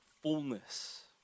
fullness